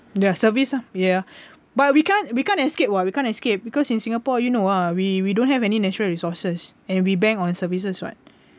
their service ah ya but we can't we can't escape [what] we can't escape because in singapore you know ah we we don't have any natural resources and we bank on services [what]